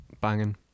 Banging